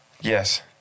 Yes